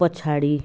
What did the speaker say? पछाडि